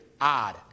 odd